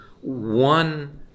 one